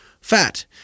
fat